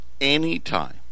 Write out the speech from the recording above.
anytime